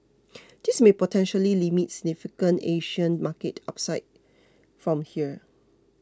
this may potentially limit significant Asian market upside from here